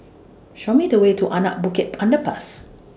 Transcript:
Show Me The Way to Anak Bukit Underpass